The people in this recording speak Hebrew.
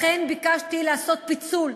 ביקשתי לעשות פיצול,